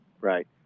right